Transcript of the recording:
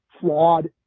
flawed